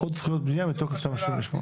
עוד זכויות בנייה מתוקף תמ"א 38?